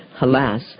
Alas